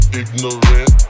ignorant